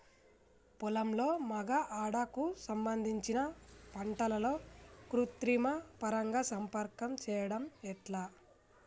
పొలంలో మగ ఆడ కు సంబంధించిన పంటలలో కృత్రిమ పరంగా సంపర్కం చెయ్యడం ఎట్ల?